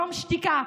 דום שתיקה,